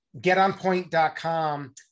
Getonpoint.com